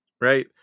right